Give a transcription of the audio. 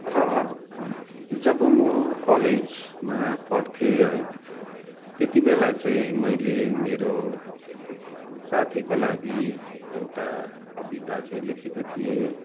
र जब म कलेजमा पढ्थेँ है त्यति बेला चाहिँ मैले मेरो साथीको लागि एउटा कविता चाहिँ लेखेको थिएँ